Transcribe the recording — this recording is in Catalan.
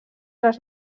les